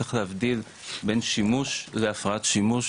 צריך להבדיל בין שימוש להפרעת שימוש,